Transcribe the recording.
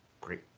great